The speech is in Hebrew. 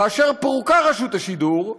כאשר פורקה רשות השידור,